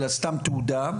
אלא סתם תעודה,